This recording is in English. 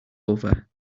over